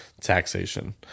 taxation